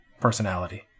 personality